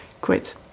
quit